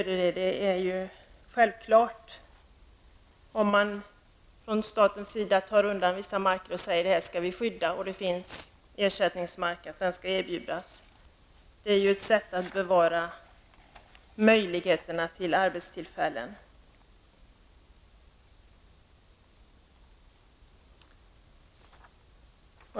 Det är självklart att ersättningsmark skall erbjudas, om det finns sådan, i de fall staten tar undan vissa marker och det hänvisas till att dessa skall skyddas. Det handlar ju om att bevara arbetstillfällen.